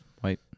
White